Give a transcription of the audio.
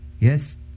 yes